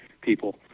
people